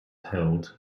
held